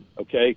okay